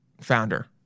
founder